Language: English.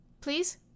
please